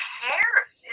cares